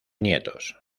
nietos